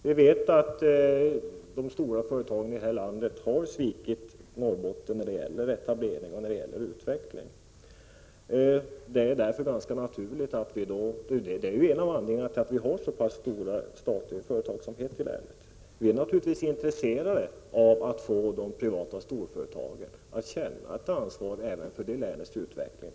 Vi vet att de stora företagen i det här landet har svikit Norrbotten när det gäller etablering och utveckling. Detta är också en av anledningarna till att det finns så pass mycket statlig företagsamhet i länet. Vi är naturligtvis intresserade av att få de privata storföretagen att känna ett ansvar även för utvecklingen i Norrbotten.